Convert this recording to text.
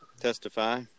testify